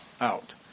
out